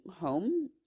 home